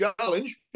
challenge